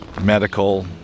medical